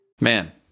Man